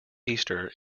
easter